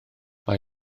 mae